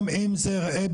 גם אם זה A,